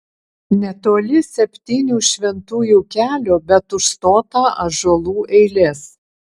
netoli septynių šventųjų kelio bet užstotą ąžuolų eilės